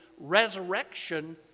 resurrection